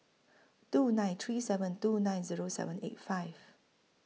two nine three seven two nine Zero seven eight five